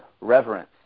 reverence